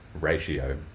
ratio